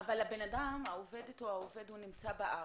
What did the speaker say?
אבל העובדת או העובד נמצאים בארץ.